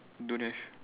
don't have